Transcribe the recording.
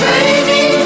Baby